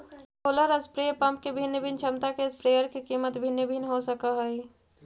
solar spray pump के भिन्न भिन्न क्षमता के स्प्रेयर के कीमत भिन्न भिन्न हो सकऽ हइ